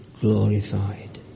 glorified